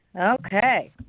Okay